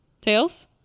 Tails